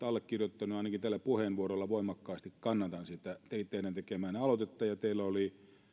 allekirjoittanut ainakin tällä puheenvuorolla voimakkaasti kannatan teidän tekemäänne aloitetta teillä oli